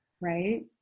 Right